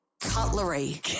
Cutlery